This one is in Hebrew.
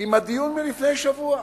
עם הדיון מלפני שבוע.